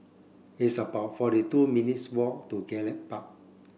it's about forty two minutes' walk to Gallop Park